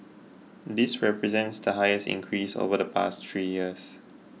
this represents the highest increase over the past three years